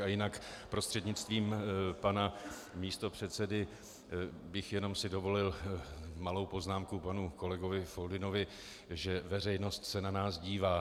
A jinak prostřednictvím pana místopředsedy bych jenom si dovolil malou poznámku k panu kolegovi Foldynovi, že veřejnost se na nás dívá.